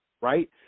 right